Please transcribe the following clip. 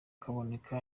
kaboneka